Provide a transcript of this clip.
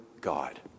God